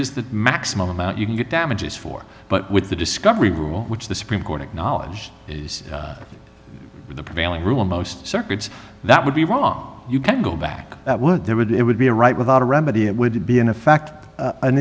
is the maximum amount you can get damages for but with the discovery rule which the supreme court acknowledged the prevailing rule most circuits that would be wrong you can't go back that would there would it would be a right without a remedy it would be in effect